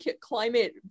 climate